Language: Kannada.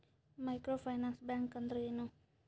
ಮೈಕ್ರೋ ಫೈನಾನ್ಸ್ ಬ್ಯಾಂಕ್ ಅಂದ್ರ ಏನು?